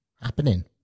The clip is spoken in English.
happening